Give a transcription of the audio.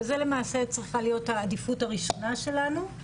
וזה למעשה צריכה להיות העדיפות הראשונה שלנו,